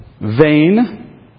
vain